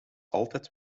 altijd